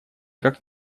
как